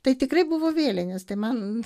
tai tikrai buvo vėlinės tai man